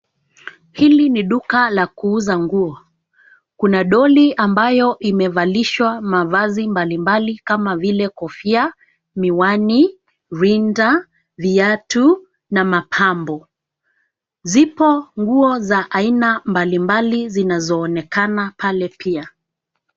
Hili ni duka la kuuza nguo. Kuna doli ambayo imevalishwa mavazi mbalimbali kama vile kofia, miwani, rinta, viatu na mapambo. Zipo nguo za aina mbalimbali zinazoonekana pale pia.